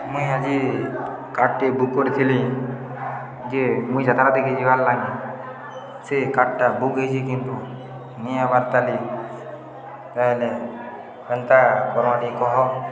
ମୁଇଁ ଆଜି କାର୍ଟି ବୁକ୍ କରିଥିଲି ଯେ ମୁଇଁ ଯାତ୍ରା ଦେଖି ଯିବାର ଲାଗି ସେ କାର୍ଟା ବୁକ୍ ହେଇଛି କିନ୍ତୁ ନି ଆଇବାର ତାଲି ତାହେଲେ କେନ୍ତା କରମା କହ